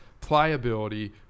pliability